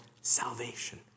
salvation